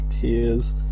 tears